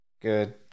Good